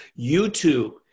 YouTube